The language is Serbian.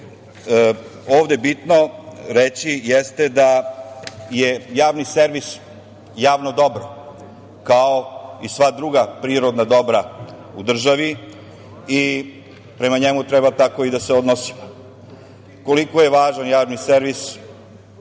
ovde bitno reći jeste da je javni servis javno dobro, kao i sva druga prirodna dobra u državi i prema njemu treba tako da se odnosimo. Koliko je važan javni servis,